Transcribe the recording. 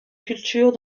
culture